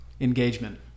engagement